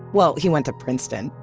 well, he went to princeton.